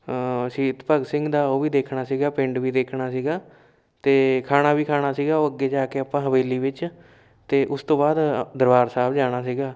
ਸ਼ਹੀਦ ਭਗਤ ਸਿੰਘ ਦਾ ਉਹ ਵੀ ਦੇਖਣਾ ਸੀਗਾ ਪਿੰਡ ਵੀ ਦੇਖਣਾ ਸੀਗਾ ਅਤੇ ਖਾਣਾ ਵੀ ਖਾਣਾ ਸੀਗਾ ਉਹ ਅੱਗੇ ਜਾ ਕੇ ਆਪਾਂ ਹਵੇਲੀ ਵਿੱਚ ਅਤੇ ਉਸ ਤੋਂ ਬਾਅਦ ਦਰਬਾਰ ਸਾਹਿਬ ਜਾਣਾ ਸੀਗਾ